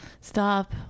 Stop